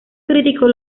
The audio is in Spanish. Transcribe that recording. críticos